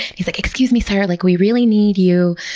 he's like, excuse me, sir, like we really need you.